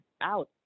out